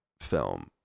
film